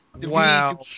Wow